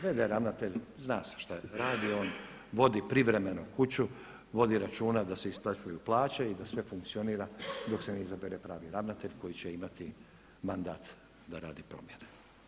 V.d. ravnatelj za se šta radi, on vodi privremeno kuću, vodi računa da se isplaćuju plaće i da sve funkcionira dok se ne izabere pravi ravnatelj koji će imati mandat da radi promjene.